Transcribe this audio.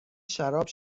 شراب